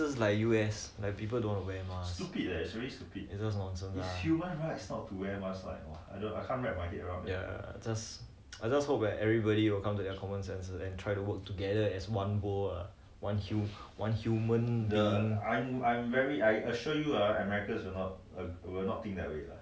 I'm happy lah if not you see ya then then you see like places like U_S like people don't want to wear mask is just nonsense lah ya just I just hope that everybody will come to their common sense and try to work together as one whole one hu~ one human